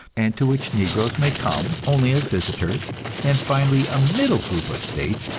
and to which negroes may come only as visitors and finally, a middle group of states,